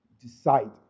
decide